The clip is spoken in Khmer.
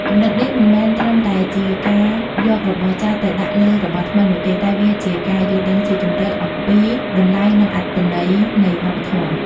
គំនិតនេះមិនមែនត្រឹមតែជាការយករបស់ចាស់ទៅដាក់លើរបស់ថ្មីនោះទេ តែវាជាការយល់ដឹងស៊ីជម្រៅអំពីតម្លៃ និងអត្ថន័យនៃវប្បធម៌។